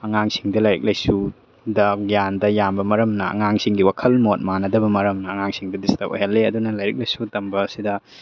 ꯑꯉꯥꯡꯁꯤꯡꯗ ꯂꯥꯏꯔꯤꯛ ꯂꯥꯏꯁꯨꯗ ꯒ꯭ꯌꯥꯟꯗ ꯌꯥꯝꯕ ꯃꯔꯝꯅ ꯑꯉꯥꯡꯁꯤꯡꯒꯤ ꯋꯥꯈꯜ ꯃꯣꯠ ꯃꯥꯟꯅꯗꯕ ꯃꯔꯝꯅ ꯑꯉꯥꯡꯁꯤꯡꯗ ꯗꯤꯁꯇꯔꯕ ꯑꯣꯏꯍꯜꯂꯤ ꯑꯗꯨꯅ ꯂꯥꯏꯔꯤꯛ ꯂꯥꯏꯁꯨ ꯇꯝꯕ ꯑꯁꯤꯗ